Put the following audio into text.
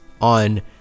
on